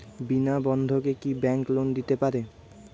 বিনা বন্ধকে কি bank loan দিতে পারে?